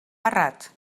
errat